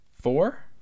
four